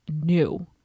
new